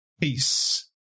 Peace